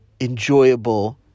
enjoyable